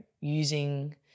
using